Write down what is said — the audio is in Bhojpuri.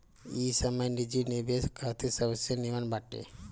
इ समय निजी निवेश खातिर सबसे निमन बाटे